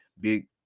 big